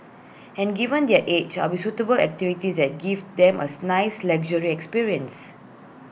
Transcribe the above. and given their age I'll suitable activities that give them as nice leisurely experience